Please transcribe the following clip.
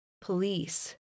police